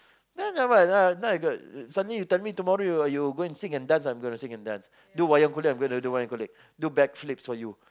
then never mind now now I go suddenly you tell me tomorrow you you go and sing and dance I'm gonna sing and dance do wayang kulit I'm gonna do wayang kulit do back flips for you